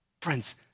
Friends